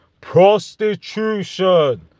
Prostitution